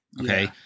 Okay